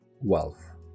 wealth